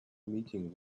meeting